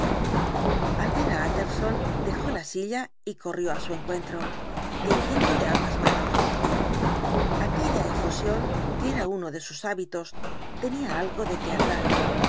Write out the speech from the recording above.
á utterson dejó la silla y corrió á su encuentro tendiéndole ambas manos aquella efusión que era uno de sus hábitos tenía algo de teatral